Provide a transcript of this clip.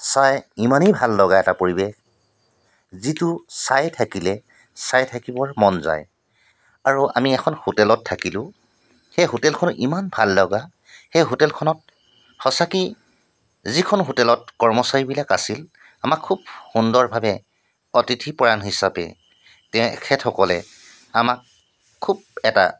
চাই ইমানে ভাল লগা এটা পৰিৱেশ যিটো চাই থাকিলে চাই থাকিবৰ মন যায় আৰু এখন আমি হোটেলত থাকিলোঁ সেই হোটেলখন ইমান ভাল লগা সেই হোটেলখনত সঁচাকেই যিখন হোটেলত কৰ্মচাৰীবিলাক আছিল আমাক খুব সুন্দৰভাৱে অতিথি পৰায়ণ হিচাপে তেখেতসকলে আমাক খুব এটা